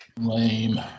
Lame